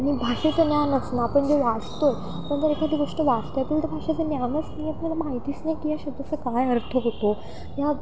आणि भाषेचं ज्ञान असणं आपण जे वाचतो पण जर एखादी गोष्ट वाचता येत नाही तर भाषेच ज्ञानच नाही तर आपल्याला माहितीच नाही की या शब्दच काय अर्थ होतो या